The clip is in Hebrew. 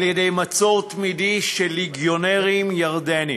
במצור תמידי של ליגיונרים ירדנים.